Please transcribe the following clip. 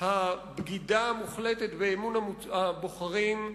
הבגידה המוחלטת באמון הבוחרים,